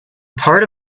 part